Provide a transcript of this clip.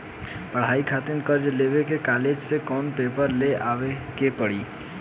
पढ़ाई खातिर कर्जा लेवे ला कॉलेज से कौन पेपर ले आवे के पड़ी?